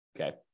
Okay